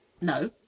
No